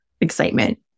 excitement